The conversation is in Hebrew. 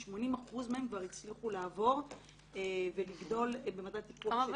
80% מהם כבר הצליחו לעבור ולגדול במדד טיפוח של